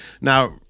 Now